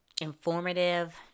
informative